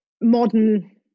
modern